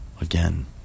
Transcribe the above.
Again